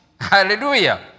Hallelujah